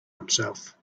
himself